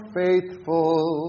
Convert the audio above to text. faithful